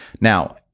Now